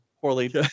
poorly